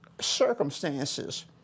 circumstances